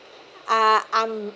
uh I'm